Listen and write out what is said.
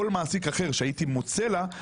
כל מעסיק אחר שהייתי מוצא לה,